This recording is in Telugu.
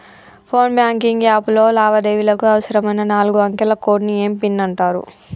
ఫోన్ బ్యాంకింగ్ యాప్ లో లావాదేవీలకు అవసరమైన నాలుగు అంకెల కోడ్ని ఏం పిన్ అంటారు